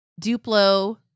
Duplo